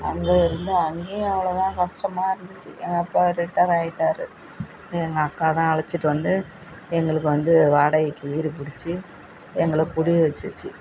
அங்கே இருந்து அங்கேயும் அவ்வளோதான் கஷ்டமா இருந்துச்சு எங்கள் அப்பா ரிட்டைர் ஆகிட்டாரு எங்கள் அக்காதான் அழைச்சிட்டு வந்து எங்களுக்கு வந்து வாடகைக்கு வீடு பிடிச்சி எங்களை குடி வச்சிச்சு